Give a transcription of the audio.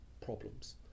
problems